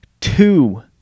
two